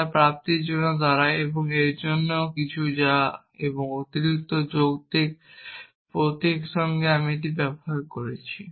যা প্রাপ্তির জন্য দাঁড়ায় বা এর মতো কিছু যা এবং অতিরিক্ত যৌক্তিক প্রতীক অর্থে এটি আমি ব্যবহার করছি